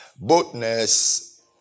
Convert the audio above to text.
boldness